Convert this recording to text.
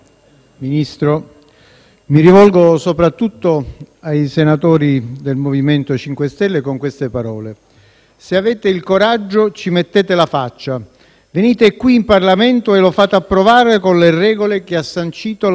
mi rivolgo soprattutto ai senatori del MoVimento 5 Stelle con le seguenti parole: «Se avete il coraggio, ci mettete la faccia. Venite qui in Parlamento e lo fate approvare con le regole che ha sancito la nostra Costituzione.